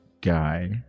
guy